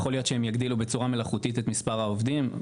יכול להיות שהם יגדילו בצורה מלאכותית את מספר העובדים.